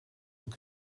will